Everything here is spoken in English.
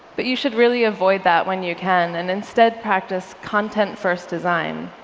but you should really avoid that when you can, and instead, practice content first design.